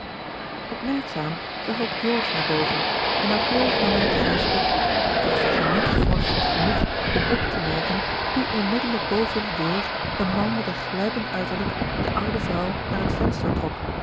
opmerkzaam zag ook george naar boven en naauwkeurig nam hij het huis op toch zag hij niet vorschend genoeg om op te merken hoe onmiddellijk boven de deur een man met een gluipend uiterlijk de oude vrouw naar het venster trok